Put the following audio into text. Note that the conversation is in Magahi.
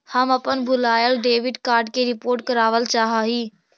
हम अपन भूलायल डेबिट कार्ड के रिपोर्ट करावल चाह ही